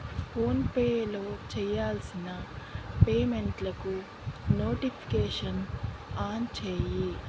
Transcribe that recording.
ఫోన్పేలో చేయాల్సిన పేమెంట్లకు నోటిఫికేషన్ ఆన్ చేయి